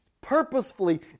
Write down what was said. purposefully